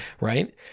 right